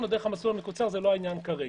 או דרך המסלול המקוצר זה לא העניין כרגע.